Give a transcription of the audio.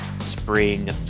spring